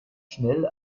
schnell